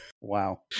Wow